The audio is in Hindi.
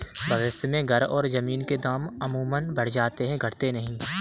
भविष्य में घर और जमीन के दाम अमूमन बढ़ जाते हैं घटते नहीं